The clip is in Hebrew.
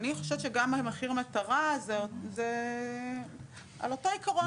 אני חושבת שגם מחיר מטרה זה על אותו עיקרון,